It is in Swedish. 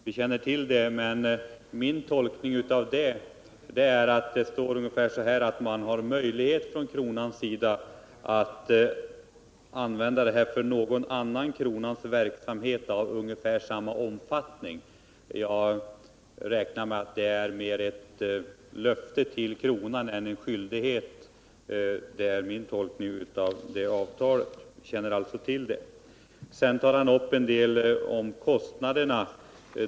Vi känner till det, men min tolkning av det är att det säger att kronan har möjlighet att använda området för någon annan kronans verksamhet av ungefär samma omfattning. Jag räknar med att det mer är fråga om ett löfte till kronan än om en skyldighet. Bo Forslund tog också upp en del synpunkter på kostnaderna.